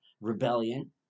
rebellion